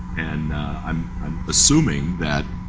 and i'm i'm assuming that